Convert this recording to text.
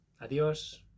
Adios